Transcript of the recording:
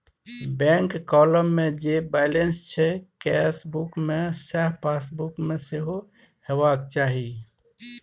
bank column मे जे balance छै केसबुक मे सैह पासबुक मे सेहो हेबाक चाही